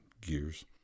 gears